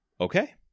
okay